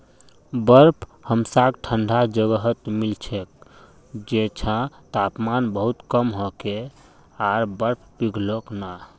बर्फ हमसाक ठंडा जगहत मिल छेक जैछां तापमान बहुत कम होके आर बर्फ पिघलोक ना